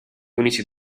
unici